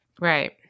Right